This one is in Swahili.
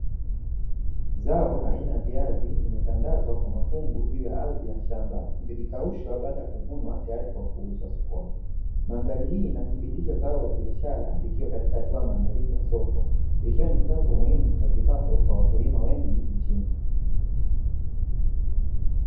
Zao aina ya viazi limetandazwa kwa mafunvu juu ya ardhi ya shamba vikikaushwa baada ya kuvunwa tayari kwa kuuzwa sokoni, mandhari hii inathibitidha zao la biashara likiwa katika hatua ya maandalizi ya soko likiwa ni chanzo muhimu cha kipato kwa wakulima wengi nchini.